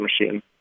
machine